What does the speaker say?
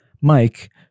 Mike